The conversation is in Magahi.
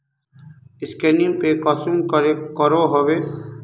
स्कैनिंग पे कुंसम करे करो होबे?